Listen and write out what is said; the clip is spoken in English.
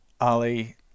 Ali